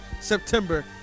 September